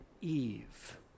Eve